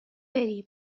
بری